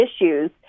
issues